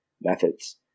methods